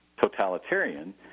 totalitarian